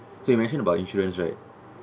so you mentioned about insurance right